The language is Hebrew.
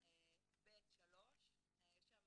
נוסף אישור